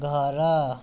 ଘର